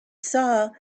saw